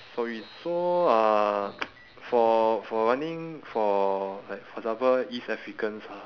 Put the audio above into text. sorry so uh for for running for like for example east africans ah